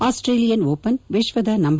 Australian open ವಿಶ್ವದ ನಂ